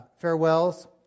farewells